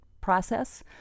process